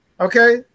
okay